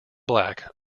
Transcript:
black